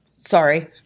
Sorry